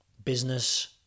Business